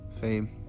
Fame